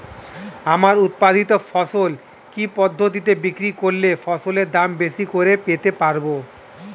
আমার উৎপাদিত ফসল কি পদ্ধতিতে বিক্রি করলে ফসলের দাম বেশি করে পেতে পারবো?